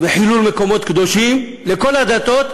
וחילול מקומות קדושים, לכל הדתות,